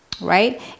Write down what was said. Right